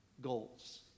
goals